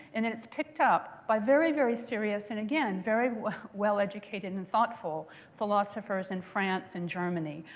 and then it's picked up by very, very serious and again very well-educated and thoughtful philosophers in france and germany.